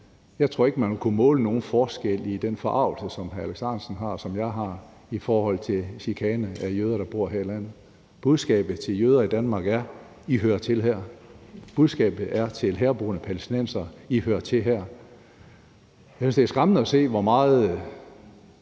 Jeg tror ikke, man vil kunne måle nogen forskel i den forargelse, som hr. Alex Ahrendtsen og jeg føler i forhold til chikane af jøder, der bor her i landet. Budskabet til jøder i Danmark er: I hører til her. Budskabet til herboende palæstinensere er: I hører til her. Jeg synes, det er skræmmende at se, hvor meget